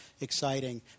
exciting